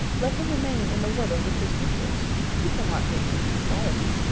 let him remain in the water with his equals he cannot mix in society.